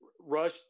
Rush